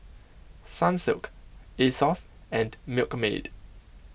Sunsilk Asos and Milkmaid